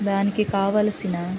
దానికి కావలసిన